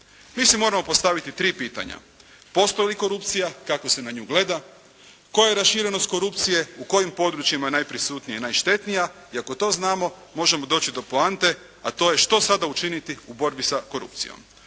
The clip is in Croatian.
Mi si moramo postaviti tri pitanja: Postoji li korupcija, kako se na nju gleda, koja je raširenost korupcije, u kojim područjima je najprisutnija i najštetnija i ako to znamo možemo doći do poante, a to je što sada učiniti u borbi sa korupcijom.